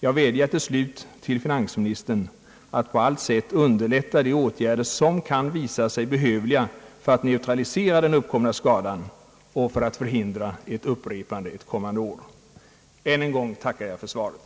Jag vädjar till slut till finansministern att på allt sätt underlätta de åtgärder som kan visa sig behövliga för att neutralisera den uppkomna skadan och för att förhindra ett upprepande ett kommande år. Än en gång tackar jag för svaret.